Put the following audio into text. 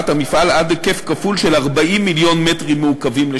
המפעל עד היקף כפול של 40 מיליון מ"ק לשנה.